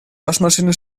waschmaschine